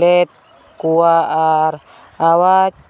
ᱞᱮᱫ ᱠᱚᱣᱟᱭ ᱟᱨ ᱟᱣᱟᱫᱽ